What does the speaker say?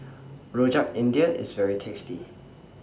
Rojak India IS very tasty